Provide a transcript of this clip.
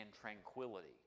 tranquility